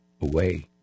away